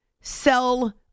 sell